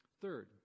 Third